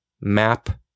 map